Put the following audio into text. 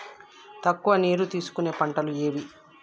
తక్కువ నీరు తీసుకునే పంటలు ఏవి?